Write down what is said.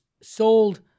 sold